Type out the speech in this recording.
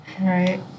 Right